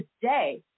today